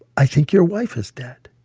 i think your wife is dead.